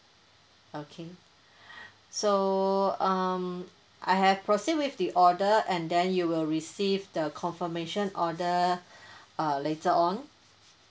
okay so um I have proceed with the order and then you will receive the confirmation order uh later on